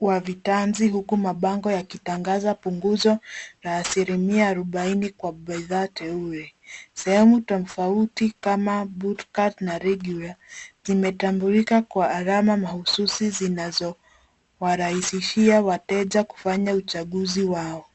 wa vitanzi huku mabango yakitangaza punguzo la asilimia arubaini kwa bei teule . Sehemu tofauti kama buttcut na regular zimetambulika kwa alama mahususi zinazowarahisishia wateja kufanya uchaguzi wao.